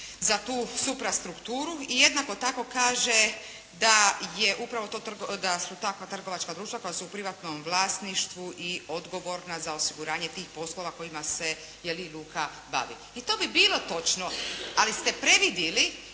za tu suprastrukturu, i jednako tako kaže da je upravo to trgovačko, da su takva trgovačka društva koja su u privatnom vlasništvu i odgovorna za osiguranje tih poslova kojima se je li luka bavi. I to bi bilo točno, ali ste previdjeli